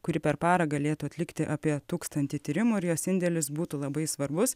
kuri per parą galėtų atlikti apie tūkstantį tyrimų ir jos indėlis būtų labai svarbus